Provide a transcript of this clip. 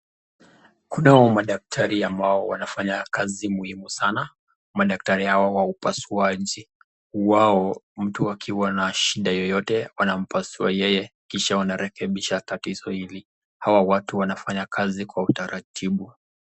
Kunao madaktari ambao wanafanya kazi muhimu sana, madaktari hawa wa upasuaji, wao mtu akiwa na shida yeyote wanampasua yeye kisha wanarekebisha tatizo hili, hawa watu wanafanya kazi kwa utaratibu.